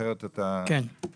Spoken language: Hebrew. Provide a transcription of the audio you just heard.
אחרת אתה מתפזר.